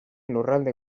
lurralde